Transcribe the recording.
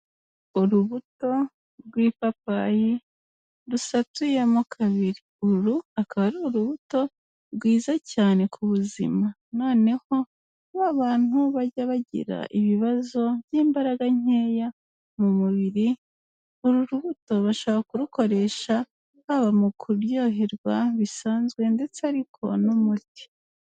Urubuto rw'ipapayi rusatuyemo kabiri, uru akaba ari urubuto rwiza cyane ku buzima, noneho ba bantu bajya bagira ibibazo by'imbaraga nkeya mu mubiri, uru rubuto bashobora kurukoresha haba mu kuryoherwa bisanzwe ndetse ariko n'umuti.